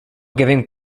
giving